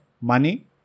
Money